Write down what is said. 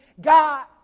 God